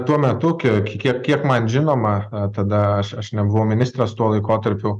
tuo metu kia kikie kiek man žinoma tada aš nebuvau ministras tuo laikotarpiu